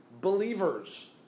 believers